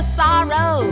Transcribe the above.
sorrow